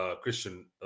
Christian